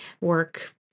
work